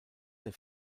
der